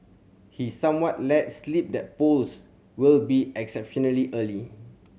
he somewhat let slip that polls will be exceptionally early